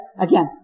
again